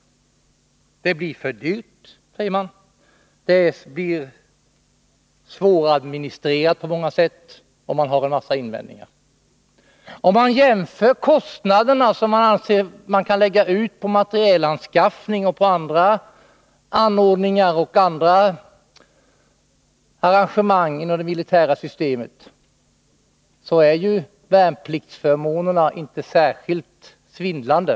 Det blir för dyrt, säger man. Det blir svåradministrerat på många sätt, säger man. Man har en mängd invändningar. Jämfört med de belopp som man anser att man kan lägga ut för materielanskaffning och andra anordningar och arrangemang i det militära systemet är värnpliktsförmånerna inte särskilt svindlande.